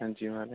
हांजी माराज